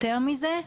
יתרה מזאת,